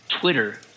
Twitter